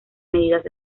medidas